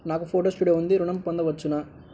నాకు photo studio ఉంది ఋణం పొంద వచ్చునా?